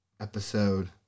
episode